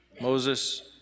Moses